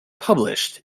published